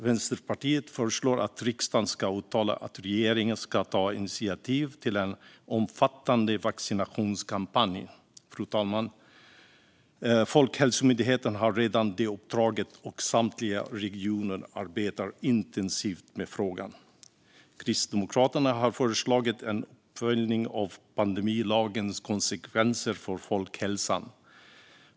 Vänsterpartiet föreslår att riksdagen ska uttala att regeringen ska ta initiativ till en omfattande vaccinationskampanj. Folkhälsomyndigheten har redan detta uppdrag, fru talman, och samtliga regioner arbetar intensivt med frågan. Kristdemokraterna har föreslagit en uppföljning av pandemilagens konsekvenser för folkhälsan.